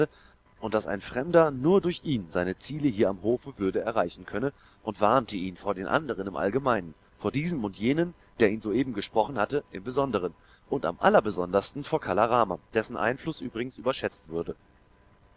und daß ein fremder nur durch ihn seine ziele hier am hofe würde erreichen können und warnte ihn vor den anderen im allgemeinen vor diesem und jenem der ihn soeben gesprochen hatte im besonderen und am allerbesondersten vor kala rama dessen einfluß übrigens überschätzt würde